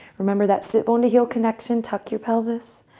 remember that sit bone-to-heel connection tuck your pelvis.